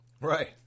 Right